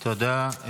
תודה.